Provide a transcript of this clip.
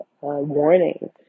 warning